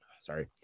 sorry